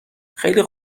خیلی